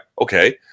Okay